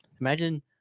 Imagine